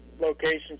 locations